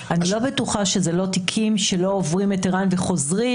אני לא בטוחה שאלה לא תיקים שעוברים את ערן וחוזרים.